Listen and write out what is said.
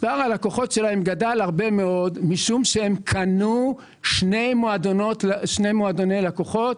מספר הלקוחות שלהם גדל הרבה מאוד משום שהם קנו שני מועדוני לקוחות,